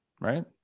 right